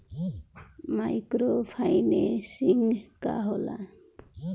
Micro financing का होला?